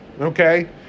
okay